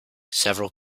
several